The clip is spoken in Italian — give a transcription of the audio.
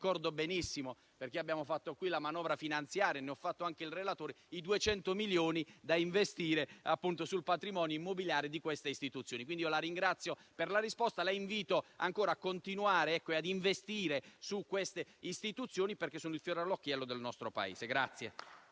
Ricordo anche, perché abbiamo esaminato qui la manovra finanziaria, di cui sono stato anche relatore, i 200 milioni da investire sul patrimonio immobiliare di queste istituzioni. Ringrazio il Ministro per la risposta e la invito a continuare ad investire su queste istituzioni, perché sono il fiore all'occhiello del nostro Paese.